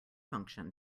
function